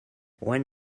when